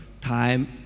time